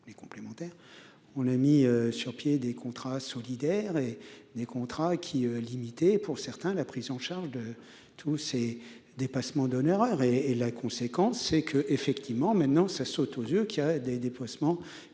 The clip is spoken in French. on a mis sur pied des contrats solidaires et des contrats qui limité pour certains, la prise en charge de tous ces dépassements d'honoraires et et la conséquence, c'est que, effectivement, maintenant, ça saute aux yeux qu'il a des déplacements